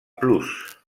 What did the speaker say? plus